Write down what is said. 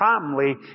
family